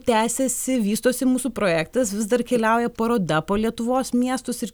tęsiasi vystosi mūsų projektas vis dar keliauja paroda po lietuvos miestus ir